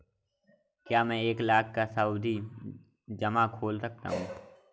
क्या मैं एक लाख का सावधि जमा खोल सकता हूँ?